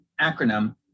acronym